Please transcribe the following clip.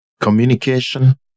communication